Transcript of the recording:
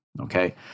Okay